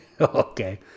Okay